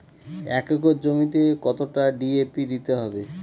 এক একর জমিতে কতটা ডি.এ.পি দিতে হবে?